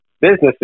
businesses